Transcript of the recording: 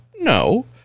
no